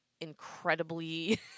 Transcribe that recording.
incredibly